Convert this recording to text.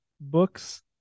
books